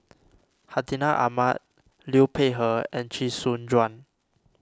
Hartinah Ahmad Liu Peihe and Chee Soon Juan